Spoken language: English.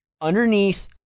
underneath